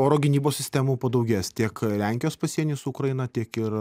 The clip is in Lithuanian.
oro gynybos sistemų padaugės tiek lenkijos pasieny su ukraina tiek ir